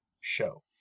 show